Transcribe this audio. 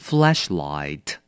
Flashlight